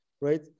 right